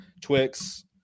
Twix